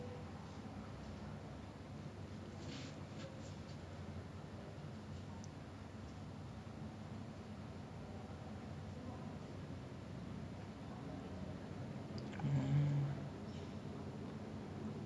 ya it's like they it's the entire series shows how the F_B_I started understanding how serial killers think what motivates them to kill what are their like inclinations towards like killing people how do they choose their victims and if people are insane how do you measure that level of insanity that kind